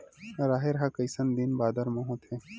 राहेर ह कइसन दिन बादर म होथे?